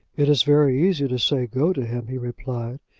it is very easy to say go to him, he replied.